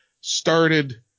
started